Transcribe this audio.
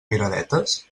miradetes